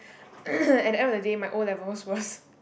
at the end of the day my O-levels was